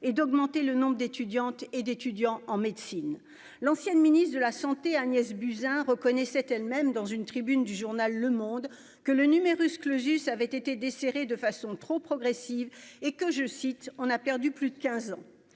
et d'augmenter le nombre d'étudiantes et d'étudiants en médecine, l'ancienne ministre de la Santé, Agnès Buzyn reconnaissait elle-même dans une tribune du journal Le Monde que le numerus clausus avait été desserrer de façon trop progressive et que, je cite : on a perdu plus de quinze